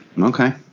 Okay